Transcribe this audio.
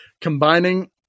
Combining-